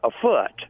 afoot